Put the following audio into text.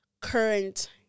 current